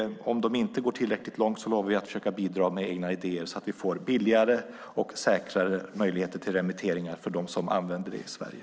Om de inte går tillräckligt långt lovar vi att försöka bidra med egna idéer så att vi får billigare och säkrare möjligheter till remitteringar för dem som använder det i Sverige.